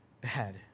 bad